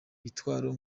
bitwaro